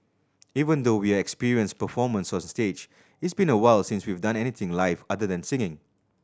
even though we are experienced performers on stage it's been a while since we've done anything live other than singing